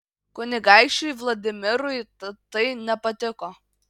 kunigaikščiui vladimirui tatai nepatiko